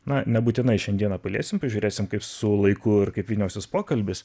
na nebūtinai šiandieną paliesim pažiūrėsim kaip su laiku ir kaip vyniosis pokalbis